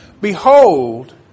Behold